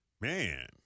Man